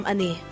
Ani